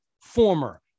former